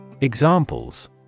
Examples